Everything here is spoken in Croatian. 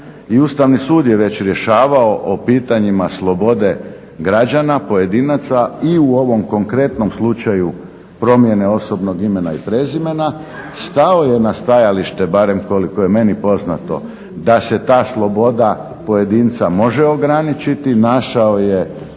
Ustavni sud je već rješavao o pitanjima slobode građana, pojedinaca i u ovom konkretnom slučaju promjene osobnog imena i prezimena stao je na stajalište, barem koliko je meni poznato, da se ta sloboda pojedinca može ograničiti, našao je